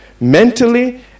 mentally